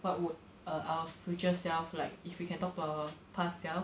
what would err our future self like if we can talk to our past selves